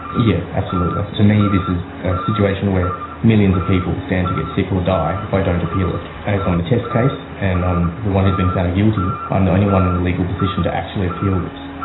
yeah absolutely. to me this is a situation where millions of people people stand to get sick or die if i don't appeal it. as i'm the test case and i'm the one who has been found guilty, i'm the only one in a legal position to actually appeal this,